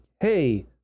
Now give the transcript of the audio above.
Hey